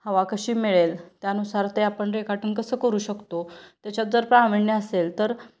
हवा कशी मिळेल त्यानुसार ते आपण रेखाटन कसं करू शकतो त्याच्यात जर प्राविण्य असेल तर